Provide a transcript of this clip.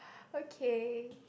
okay